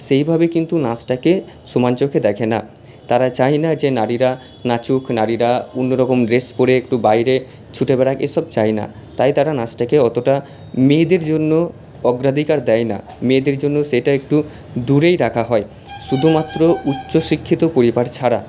সেইভাবে কিন্তু নাচটাকে সমান চোখে দেখে না তারা চায় না যে নারীরা নাচুক নারীরা অন্যরকম ড্রেস পরে একটু বাইরে ছুটে বেড়াক এসব চায় না তাই তারা নাচটাকে অতটা মেয়েদের জন্য অগ্রাধিকার দেয় না মেয়েদের জন্য সেটা একটু দূরেই রাখা হয় শুধুমাত্র উচ্চশিক্ষিত পরিবার ছাড়া